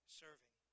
serving